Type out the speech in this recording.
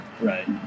right